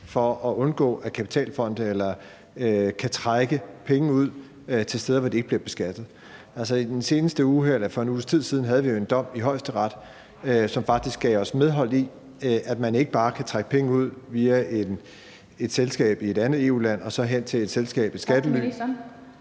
for at undgå, at kapitalfonde kan trække penge ud til steder, hvor de ikke bliver beskattet. For en uges tid siden havde vi en dom i Højesteret, som faktisk gav os medhold i, at man ikke bare kan trække penge ud via et selskab i et andet EU-land og så hen til et selskab i skattely,